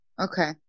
Okay